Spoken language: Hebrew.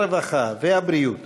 הרווחה והבריאות